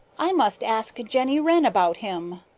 i must ask jenny wren about him.